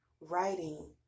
writing